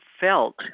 felt